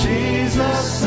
Jesus